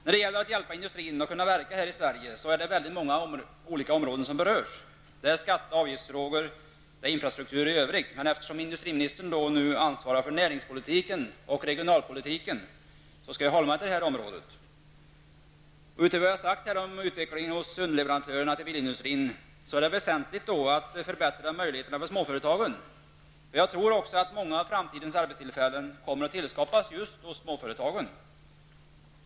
När det gäller att hjälpa industrin att verka här i Sverige är det många olika områden som berörs -- det är skatter och avgifter och det är infrastruktur i övrigt -- men eftersom industriministern ansvarar för näringspolitiken och regionalpolitiken, skall jag hålla mig till de områdena. Utöver vad jag har sagt om utvecklingen hos underleverantörerna till bilindustrin är det väsentligt att förbättra möjligheterna för småföretagen. Jag tror också att många av framtidens arbetstillfällen kommer att tillskapas just hos småföretagen.